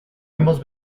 hemos